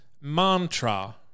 mantra